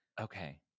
okay